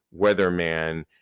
weatherman